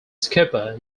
skipper